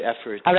effort